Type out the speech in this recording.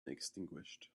extinguished